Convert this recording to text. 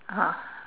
(uh huh)